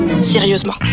sérieusement